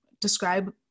describe